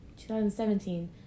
2017